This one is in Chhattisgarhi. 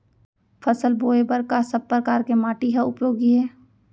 फसल बोए बर का सब परकार के माटी हा उपयोगी हे?